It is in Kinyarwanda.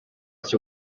cyo